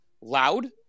loud